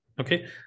Okay